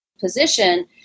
position